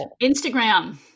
Instagram